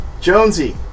Jonesy